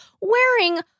wearing